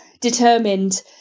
determined